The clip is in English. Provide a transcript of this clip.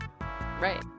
Right